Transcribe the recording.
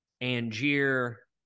Angier